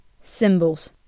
Symbols